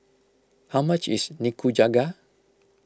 how much is Nikujaga